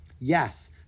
Yes